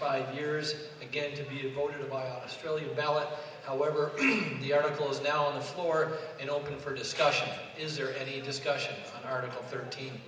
five years to get to be voted by australian ballot however the article is now on the floor and open for discussion is there any discussion of article thirt